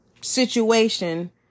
situation